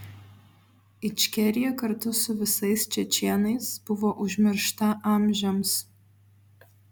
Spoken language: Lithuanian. ičkerija kartu su visais čečėnais buvo užmiršta amžiams